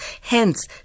hence